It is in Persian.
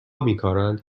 میکارند